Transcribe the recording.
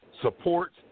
support